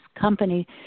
company